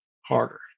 harder